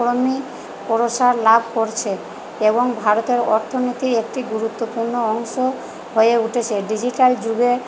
ক্রমেই প্রসার লাভ করছে এবং ভারতের অর্থনীতির একটি গুরুত্বপূর্ণ অংশ হয়ে উঠেছে ডিজিটাল যুগে